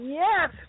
yes